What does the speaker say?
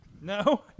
No